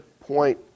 point